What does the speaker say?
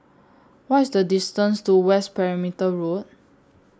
What IS The distance to West Perimeter Road